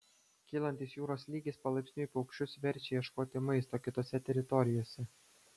kylantis jūros lygis palaipsniui paukščius verčia ieškoti maisto kitose teritorijose